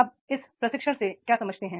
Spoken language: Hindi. अब हम प्रशिक्षण से क्या समझते हैं